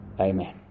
Amen